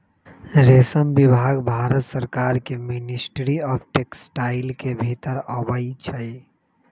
रेशम विभाग भारत सरकार के मिनिस्ट्री ऑफ टेक्सटाइल के भितर अबई छइ